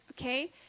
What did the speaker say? okay